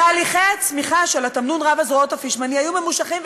תהליכי הצמיחה של התמנון רב-הזרועות הפישמני היו ממושכים,